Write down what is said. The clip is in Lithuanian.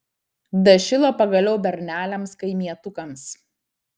dašilo pagaliau berneliams kaimietukams